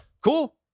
cool